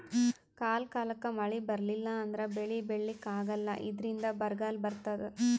ಕಾಲ್ ಕಾಲಕ್ಕ್ ಮಳಿ ಬರ್ಲಿಲ್ಲ ಅಂದ್ರ ಬೆಳಿ ಬೆಳಿಲಿಕ್ಕ್ ಆಗಲ್ಲ ಇದ್ರಿಂದ್ ಬರ್ಗಾಲ್ ಬರ್ತದ್